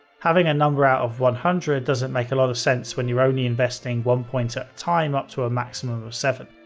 having a number out of one hundred doesn't make a lot of sense when you're only investing one point at a time up to a maximum of seven.